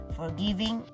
forgiving